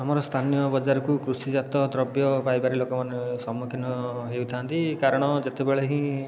ଆମର ସ୍ଥାନୀୟ ବଜାରକୁ କୃଷିଜାତୀୟ ଦ୍ରବ୍ୟ ପାଇବାରେ ଲୋକମାନେ ସମ୍ମୁଖୀନ ହେଉଥାନ୍ତି କାରଣ ଯେତେବେଳେ ହିଁ